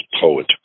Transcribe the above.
poet